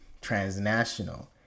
transnational